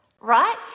Right